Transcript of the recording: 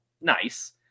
Nice